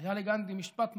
היה לגנדי משפט מפתח: